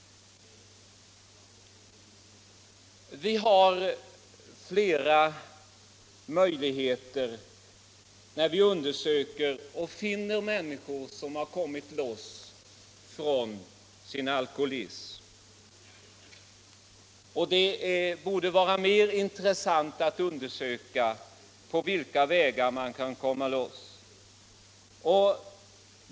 Många människor har kommit loss från sin alkoholism, och det borde vara mera intressant att undersöka på vilka vägar man kan komma loss.